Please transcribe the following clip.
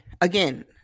again